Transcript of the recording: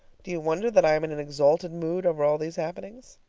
do you wonder that i am in an exalted mood over all these happenings?